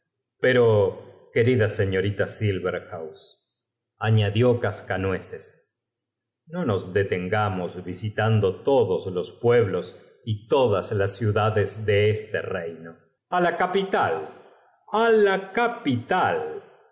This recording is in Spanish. pero querida seiiorita silberhaus aiiadió cascanueces no nos detengamos visitando todos los pueblos y todas las ciudades de este reino á la capital